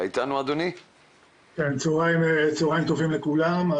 צהריים טובים לכולם.